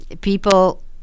people